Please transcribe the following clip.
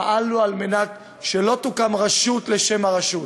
פעלנו על מנת שלא תוקם רשות לשם הרשות,